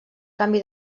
canvi